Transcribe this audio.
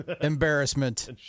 embarrassment